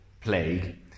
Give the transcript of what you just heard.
plague